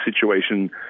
situation